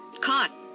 caught